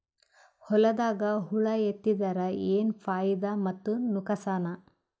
ಹೊಲದಾಗ ಹುಳ ಎತ್ತಿದರ ಏನ್ ಫಾಯಿದಾ ಮತ್ತು ನುಕಸಾನ?